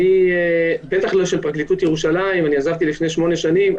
את פרקליטות ירושלים עזבתי לפני שמונה שנים.